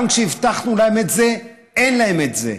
גם כשהבטחנו להם את זה, אין להם את זה.